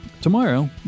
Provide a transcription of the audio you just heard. tomorrow